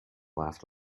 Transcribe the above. laughed